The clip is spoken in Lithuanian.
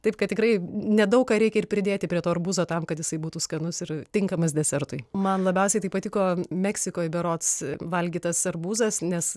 taip kad tikrai nedaug ką reikia ir pridėti prie to arbūzo tam kad jisai būtų skanus ir tinkamas desertui man labiausiai tai patiko meksikoj berods valgytas arbūzas nes